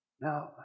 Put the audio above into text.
Now